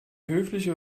höfliche